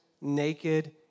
naked